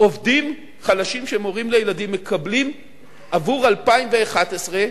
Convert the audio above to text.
עובדים חלשים שהם הורים לילדים מקבלים עבור 2011,